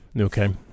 Okay